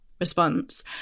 response